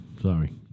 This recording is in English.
Sorry